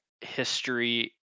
history